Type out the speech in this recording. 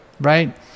Right